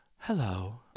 Hello